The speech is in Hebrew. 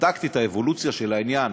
בדקתי את האבולוציה של העניין.